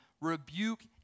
rebuke